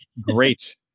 great